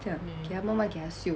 这样给它慢慢给它嗅